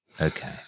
Okay